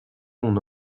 mon